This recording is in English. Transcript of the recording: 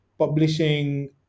publishing